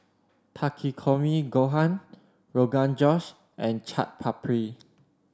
Takikomi Gohan Rogan Josh and Chaat Papri